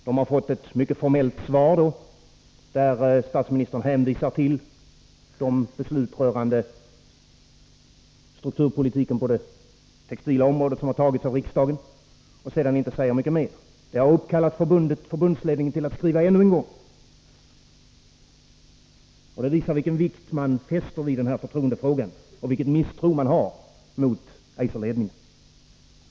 Man har fått ett mycket formellt svar, där statsministern hänvisar till de beslut rörande strukturpolitiken på det textila området som har fattats av riksdagen och sedan inte säger mycket mer. Det har uppkallat förbundsledningen till att skriva ännu en gång, och det visar den vikt man fäster vid denna förtroendefråga samt det misstroende man hyser mot Eiserledningen.